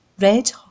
Red